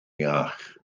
iach